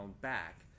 back